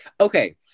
Okay